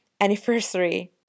anniversary